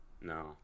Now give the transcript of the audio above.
No